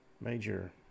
major